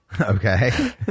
okay